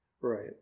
Right